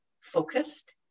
focused